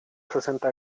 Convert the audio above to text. sesenta